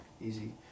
Easy